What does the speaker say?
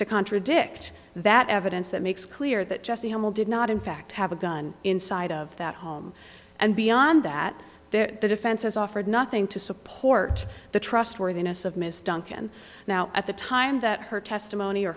to contradict that evidence that makes clear that jessie hamill did not in fact have a gun inside of that home and beyond that there's a fence has offered nothing to support the trustworthiness of ms duncan now at the time that her testimony or